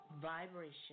vibration